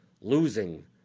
losing